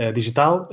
digital